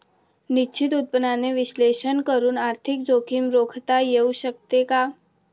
निश्चित उत्पन्नाचे विश्लेषण करून आर्थिक जोखीम रोखता येऊ शकते का?